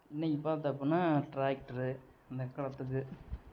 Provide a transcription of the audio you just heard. இன்றைக்கி பார்த்த அப்டின்னா டிராக்டர் இந்த காலத்து இது